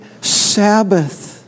Sabbath